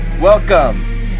Welcome